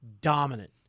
dominant